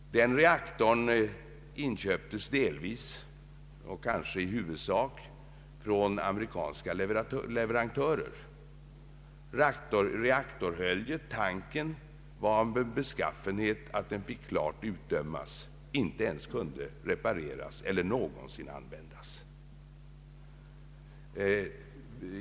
Den reaktorn inköptes delvis och kanske huvudsakligen från ameri kanska leverantörer. Reaktorhöljet, tanken, var av sådan beskaffenhet att den fick klart utdömas, den kunde inte ens repareras eller någonsin användas.